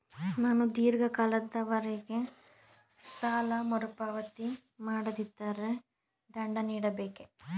ನಾನು ಧೀರ್ಘ ಕಾಲದವರೆ ಸಾಲ ಮರುಪಾವತಿ ಮಾಡದಿದ್ದರೆ ದಂಡ ನೀಡಬೇಕೇ?